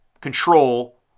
control